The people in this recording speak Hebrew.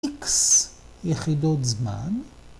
‫איקס יחידות זמן.